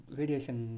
radiation